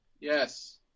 Yes